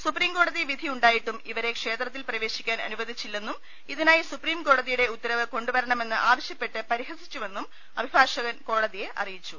സുപ്രീംകോടതി വിധിയു ണ്ടായിട്ടും ഇവരെ ക്ഷേത്രത്തിൽ പ്രവേശിക്കാൻ അനുവദിച്ചില്ലെന്ന് ഇതി നായി സുപ്രീംകോടതിയുടെ ഉത്തർവ് കൊണ്ടുവരണമെന്ന് ആവശൃപ്പെട്ട് പരിഹസിച്ചുവെന്നും അഭിഭാഷകൻ കോടതിയെ അറിയിച്ചു